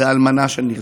אלמנה של נרצח.